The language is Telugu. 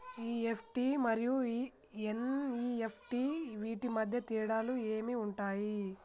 ఇ.ఎఫ్.టి మరియు ఎన్.ఇ.ఎఫ్.టి వీటి మధ్య తేడాలు ఏమి ఉంటాయి?